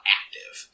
active